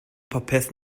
popeth